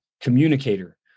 communicator